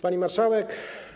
Pani Marszałek!